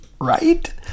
Right